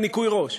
על "ניקוי ראש",